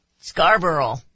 Scarborough